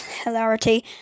hilarity